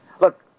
Look